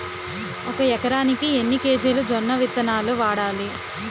ఒక ఎకరానికి ఎన్ని కేజీలు జొన్నవిత్తనాలు వాడాలి?